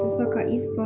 Wysoka Izbo!